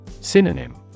Synonym